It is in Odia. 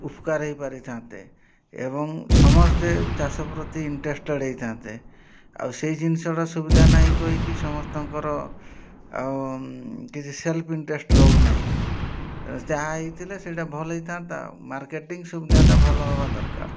ଉପକାର ହେଇପାରିଥାନ୍ତେ ଏବଂ ସମସ୍ତେ ଚାଷ ପ୍ରତି ଇଣ୍ଟରେଷ୍ଟେଡ଼ ହେଇଥାନ୍ତେ ଆଉ ସେଇ ଜିନିଷଟା ସୁବିଧା ନାହିଁ କହିକି ସମସ୍ତଙ୍କର ଆଉ କିଛି ସେଲ୍ଫ ଇଣ୍ଟରେଷ୍ଟ ରହୁ ନାହିଁ ଯାହା ହେଇଥିଲେ ସେଇଟା ଭଲ ହେଇଥାନ୍ତା ମାର୍କେଟିଂ ସୁବିଧାଟା ଭଲ ହେବା ଦରକାର